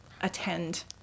attend